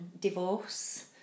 divorce